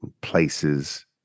places